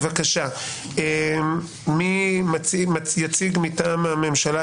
מי יציג מטעם הממשלה?